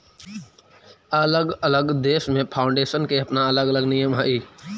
अलग अलग देश में फाउंडेशन के अपना अलग अलग नियम हई